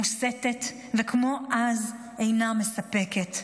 מוסתת, וכמו אז, אינה מספקת.